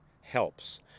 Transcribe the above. helps